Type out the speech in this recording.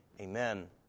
Amen